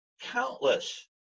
countless